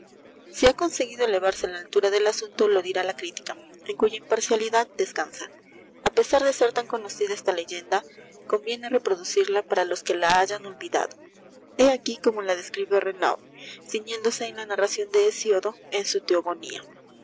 si ha conseguido elevarse á la altura del asunto lo dirá la crítica en cuya imparcialidad descansa a pesar de ser tan conocida esta leyenda conviene reproducirla para los que la hayan olvidado hé aquí como la describe renaud cifiéndose á la narracion de hesiodo en su t